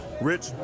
Rich